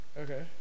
Okay